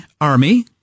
Army